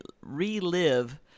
relive